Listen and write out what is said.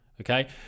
Okay